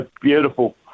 beautiful